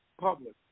public